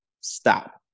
Stop